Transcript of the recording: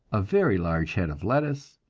a very large head of lettuce,